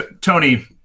Tony